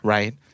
Right